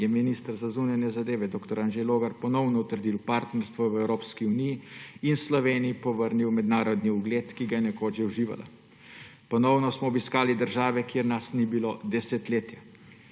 je minister za zunanje zadeve dr. Anže Logar ponovno utrdil partnerstvo v Evropski uniji in Sloveniji povrnil mednarodni ugled, ki ga je nekoč že uživala. Ponovno smo obiskali države, kjer nas ni bilo desetletja.